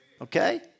okay